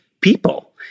people